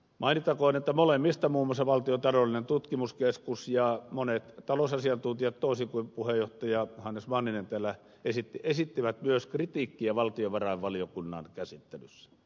mainittakoon että molemmista muun muassa valtion taloudellinen tutkimuskeskus ja monet talousasiantuntijat toisin kuin puheenjohtaja hannes manninen täällä esitti esittivät myös kritiikkiä valtiovarainvaliokunnan käsittelyssä